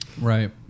Right